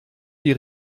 die